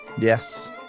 Yes